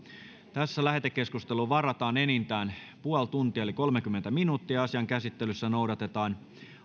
lähetekeskusteluun varataan enintään puoli tuntia eli kolmekymmentä minuuttia asian käsittelyssä noudatetaan